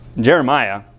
Jeremiah